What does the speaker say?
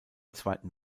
zweiten